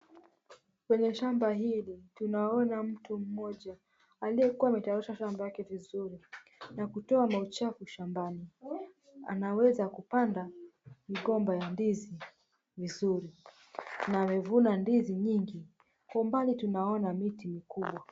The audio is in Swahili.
Kwenye shamba hili tunaona mtu mmoja aliyekuwa ametaarisha shamba yake vizuri na kutoa mauchafu shambani anaweza kupanda migomba ya ndizi vizuri na amevuna ndizi nyingi, kwa mbali tunaona miti mikubwa.